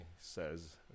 says